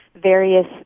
various